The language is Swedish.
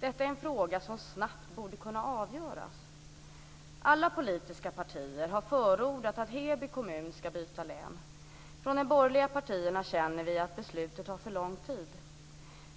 Detta är en fråga som snabbt borde kunna avgöras. Alla politiska partier har förordat att Heby kommun ska byta län. Från de borgerliga partierna känner vi att beslutet tar för lång tid.